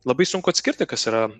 labai sunku atskirti kas yra